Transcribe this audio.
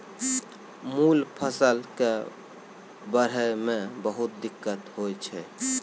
मूल फसल कॅ बढ़ै मॅ बहुत दिक्कत होय छै